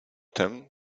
tem